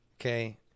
Okay